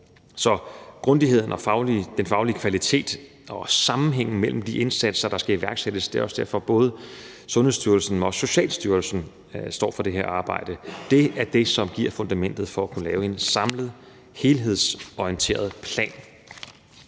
Så grundigheden og den faglige kvalitet og også sammenhængen mellem de indsatser, der skal iværksættes, er fundamentet. Det er også derfor, at både Sundhedsstyrelsen, men også Socialstyrelsen står for det her arbejde. Det er det, som giver fundamentet for at kunne lave en samlet helhedsorienteret plan,